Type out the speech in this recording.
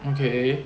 okay